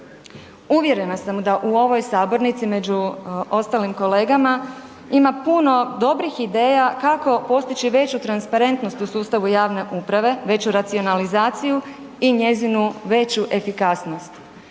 Uvjerena sam da u ovoj sabornici među ostalim kolegama ima puno dobrih ideja kako postići veću transparentnost u sustavu javne uprave, veću racionalizaciju i njezinu veću efikasnost.